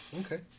Okay